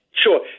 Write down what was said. Sure